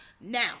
now